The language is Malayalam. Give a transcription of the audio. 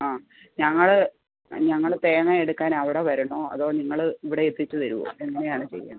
ആ ഞങ്ങൾ ഞങ്ങൾ തേങ്ങ എടുക്കാൻ അവിടെ വരണോ അതോ നിങ്ങൾ ഇവിടെ എത്തിച്ചു തരുമോ എങ്ങനെ ആണ് ചെയ്യുക